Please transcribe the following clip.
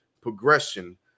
progression